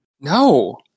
No